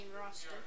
roster